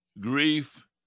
grief